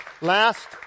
last